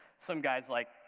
some guy like,